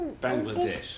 Bangladesh